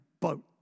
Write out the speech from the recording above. boat